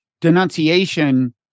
denunciation